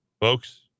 Folks